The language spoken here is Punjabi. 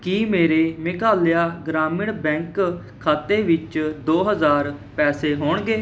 ਕੀ ਮੇਰੇ ਮੇਘਾਲਿਆ ਗ੍ਰਾਮੀਣ ਬੈਂਕ ਖਾਤੇ ਵਿੱਚ ਦੋ ਹਜ਼ਾਰ ਪੈਸੇ ਹੋਣਗੇ